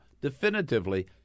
definitively